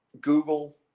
Google